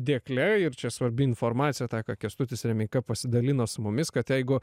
dėkle ir čia svarbi informacija tą ką kęstutis remeika pasidalino su mumis kad jeigu